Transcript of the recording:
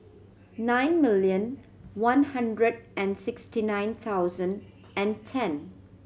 nine million one hundred and sixty nine thousand and ten